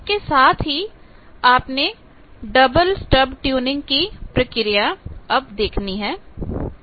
इसके साथ ही आपने डबल स्टब ट्यूनिंग की प्रक्रिया देखें